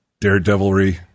daredevilry